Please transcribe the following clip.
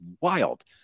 wild